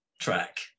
track